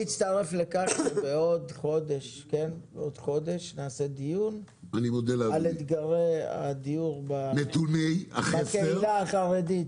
בעוד חודש נערוך דיון על אתגרי הדיור בקהילה החרדית.